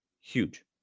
Huge